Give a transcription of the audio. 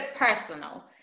personal